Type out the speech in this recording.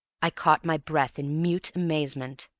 i caught my breath in mute amazement.